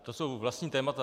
To jsou vlastní témata.